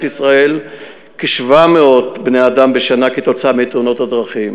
ישראל כ-700 בני-אדם בשנה בתאונות דרכים.